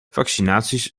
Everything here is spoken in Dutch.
vaccinaties